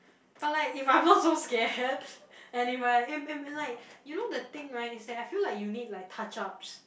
but like if I'm not so scared and if I and and like you know the thing right is that I feel like you need like touch ups